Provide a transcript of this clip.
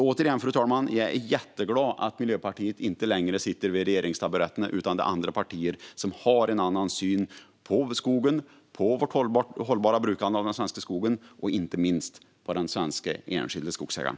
Återigen, fru talman, är jag jätteglad över att Miljöpartiet inte längre sitter vid regeringstaburetterna utan att det är andra partier som gör det och som har en annan syn på skogen, på ett hållbart brukande av den svenska skogen och inte minst på den enskilda svenska skogsägaren.